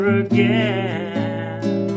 again